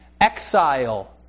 Exile